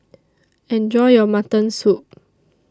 Enjoy your Mutton Soup